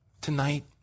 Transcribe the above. Tonight